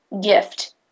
gift